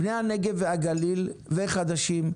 בני הנגב והגליל וחדשים,